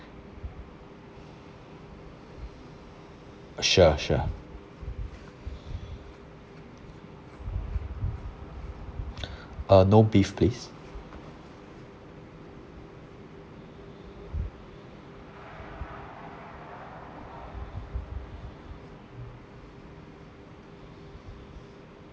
sure sure uh no beef please